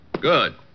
Good